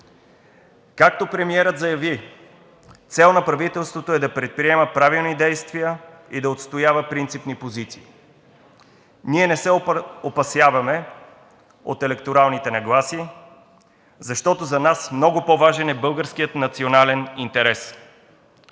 Както премиерът заяви, цел на правителството е да предприема правилни действия и да отстоява принципни позиции. Ние не се опасяваме от електоралните нагласи, защото за нас много по-важен е българският национален интерес.